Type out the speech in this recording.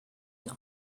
and